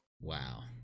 Wow